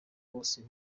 bose